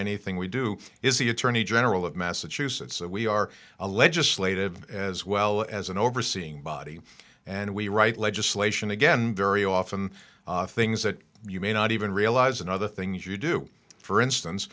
anything we do is the attorney general of massachusetts we are a legislative as well as an overseeing body and we write legislation again very often things that you may not even realize and other things you do for instance